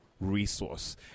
resource